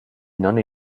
nonne